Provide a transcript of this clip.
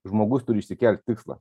žmogus turi išsikelti tikslą